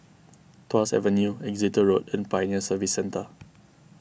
Tuas Avenue Exeter Road and Pioneer Service Centre